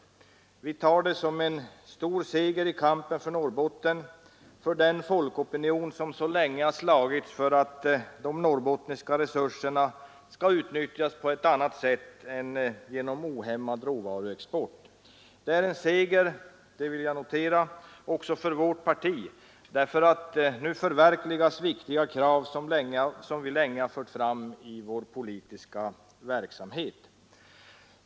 Vi tar det som en stor seger i kampen för Norrbotten och för den folkopinion som så länge har slagits för att de norrbottniska resurserna skall utnyttjas på ett annat sätt än genom ohämmad råvaruexport. Det är en seger — det vill jag notera — också för vårt parti, därför att nu förverkligas viktiga krav som vi länge har fört fram i vår politiska verksamhet.